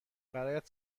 برایت